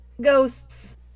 ghosts